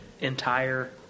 entire